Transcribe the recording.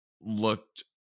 looked